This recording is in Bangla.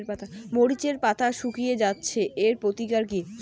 মরিচের পাতা শুকিয়ে যাচ্ছে এর প্রতিকার কি?